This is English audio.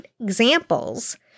examples